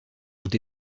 ont